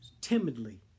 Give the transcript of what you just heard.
timidly